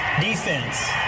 defense